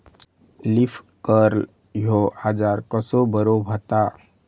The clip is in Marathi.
लीफ कर्ल ह्यो आजार कसो बरो व्हता?